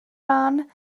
ran